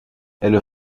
elle